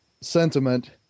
sentiment